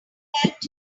helped